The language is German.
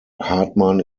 hartmann